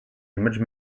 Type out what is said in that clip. image